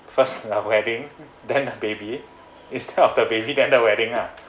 first like wedding then like baby it's tough of the baby then the wedding ah